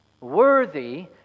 Worthy